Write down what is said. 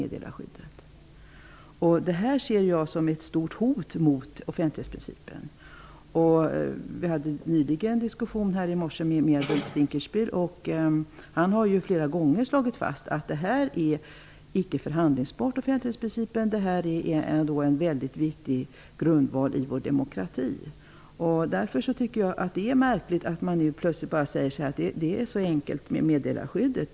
Detta ser jag som ett stort hot mot offentlighetsprincipen. Vi förde här i morse en diskussion med Ulf Dinkelspiel. Han har flera gånger slagit fast att offentlighetsprincipen icke är förhandlingsbar. Den är en mycket viktig grundval i vår demokrati. Därför är det märkligt att man nu plötsligt säger att det är så enkelt med meddelarskyddet.